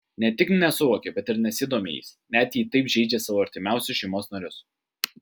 ne tik nesuvokia bet ir nesidomi jais net jei taip žeidžia savo artimiausius šeimos narius